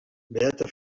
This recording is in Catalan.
beata